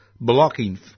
blocking